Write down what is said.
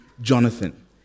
Jonathan